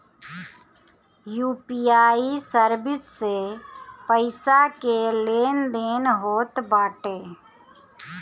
UPI service से पईसा के लेन देन होत बाटे